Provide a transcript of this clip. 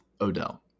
Odell